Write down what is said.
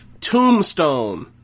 tombstone